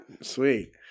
Sweet